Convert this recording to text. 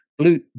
blue